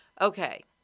Okay